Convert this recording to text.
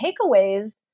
takeaways